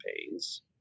campaigns